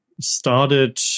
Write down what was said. started